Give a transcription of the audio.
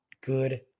Good